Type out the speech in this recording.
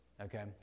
okay